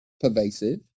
pervasive